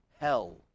hell